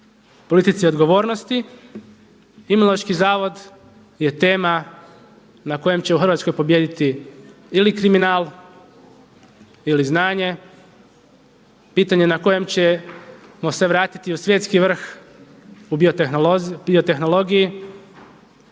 politici odgovornosti. Imunološki zavod je tema na kojem će u Hrvatskoj pobijediti ili kriminal ili znanje. Pitanje na koje ćemo se vratiti u svjetski vrh u biotehnologiji